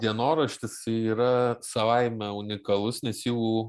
dienoraštis yra savaime unikalus nes jų